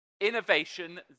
Innovation